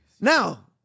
Now